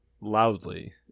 loudly